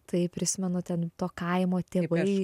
tai prisimenu ten to kaimo tėvai